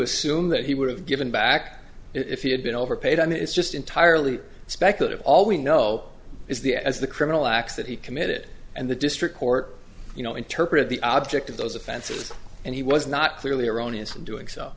assume that he would have given back if he had been overpaid i mean it's just entirely speculative all we know is the as the criminal acts that he committed and the district court you know interpreted the object of those offenses and he was not clearly erroneous in doing so